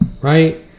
right